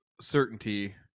certainty